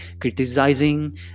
criticizing